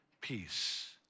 peace